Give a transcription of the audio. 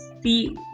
see